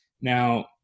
Now